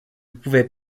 pouvait